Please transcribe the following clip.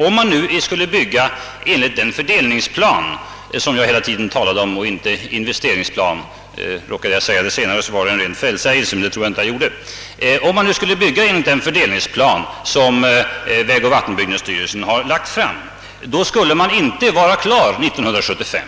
Om man nu skulle bygga enligt den fördelningsplan som jag hela tiden talat om — använde jag ordet »investeringsplan» råkade jag säga fel — och som framlagts av vägoch vattenbyggnadsstyrelsen, skulle man inte vara klar 1975